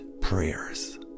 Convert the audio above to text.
prayers